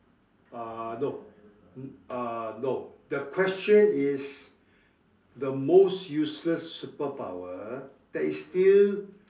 uh no uh no the question is the most useless superpower that is still